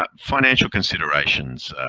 um financial considerations.